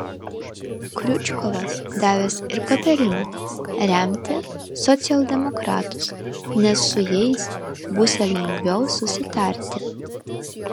kriučkovas davęs ir patarimą remti socialdemokratus nes su jais būsią lengviau susitarti